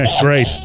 great